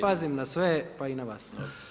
Pazim na sve, pa i nas vas.